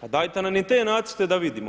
pa dajte nam i te nacrte da vidimo.